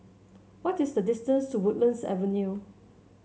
what is the distance to Woodlands Avenue